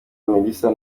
melissa